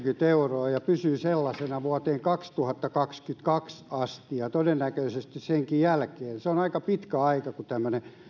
euroa ja pysyy sellaisena vuoteen kaksituhattakaksikymmentäkaksi asti ja todennäköisesti senkin jälkeen se on aika pitkä aika kun tämmöinen